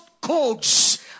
codes